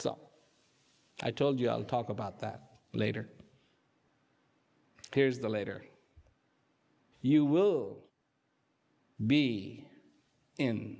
so i told you i'll talk about that later here's the later you will be in